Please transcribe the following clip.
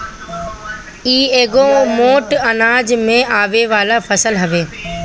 इ एगो मोट अनाज में आवे वाला फसल हवे